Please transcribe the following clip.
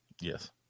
Yes